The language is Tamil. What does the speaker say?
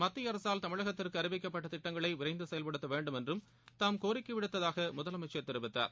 மத்திய அரசால் தமிழகத்திற்கு அறிவிக்கப்பட்ட திட்டங்களை விரைந்து செயல்படுத்த வேண்டும் என்றும் தாம் கோரிக்கை விடுத்ததாக முதலமைச்சர் தெரிவித்தார்